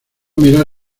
mirar